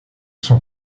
sont